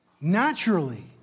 naturally